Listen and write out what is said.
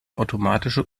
automatische